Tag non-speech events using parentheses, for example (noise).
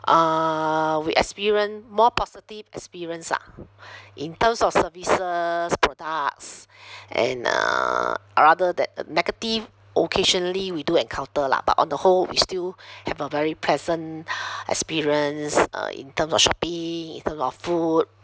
uh we experience more positive experience lah in terms of services products (breath) and uh rather than uh negative occasionally we do encounter lah but on the whole we still have a very pleasant (breath) experience uh in terms of shopping in terms of food